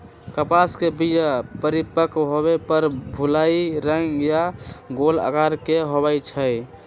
कपास के बीया परिपक्व होय पर भूइल रंग आऽ गोल अकार के होइ छइ